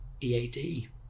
EAD